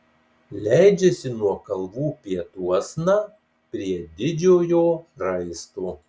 leidžiasi nuo kalvų pietuosna prie didžiojo raisto